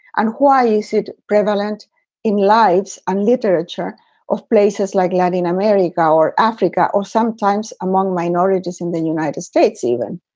and why is it prevalent in lives and literature of places like latin america, our africa, or sometimes among minorities in the united states even?